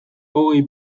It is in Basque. hogei